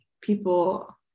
people